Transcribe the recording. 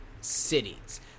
cities